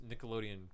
Nickelodeon